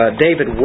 David